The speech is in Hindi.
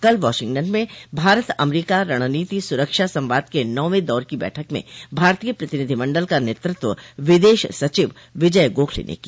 कल वाशिंगटन में भारत अमरीका रणनीतिक सुरक्षा संवाद के नौवें दौर की बैठक में भारतीय प्रतिनिधिमंडल का नेतृत्व विदेश सचिव विजय गोखले ने किया